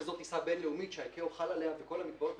שזאת טיסה בין לאומית שה-ICAO חל עליה עם כל המגבלות,